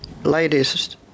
ladies